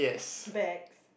bags